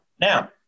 Now